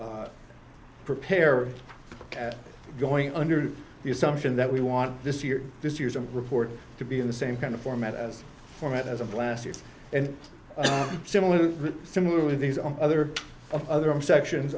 to prepare are going under the assumption that we want this year this year to report to be in the same kind of format as format as of last year and similar to similar with these other other section